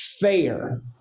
fair